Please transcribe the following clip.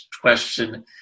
question